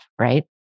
right